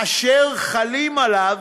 אשר חלים עליו